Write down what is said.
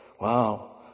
Wow